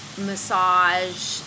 massage